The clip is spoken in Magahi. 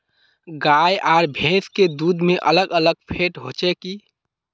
गाय आर भैंस के दूध में अलग अलग फेट होचे की?